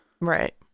Right